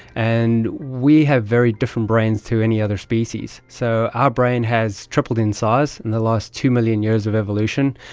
and we have very different brains to any other species. so our brain has tripled in size in the last two million years of evolution,